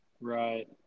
Right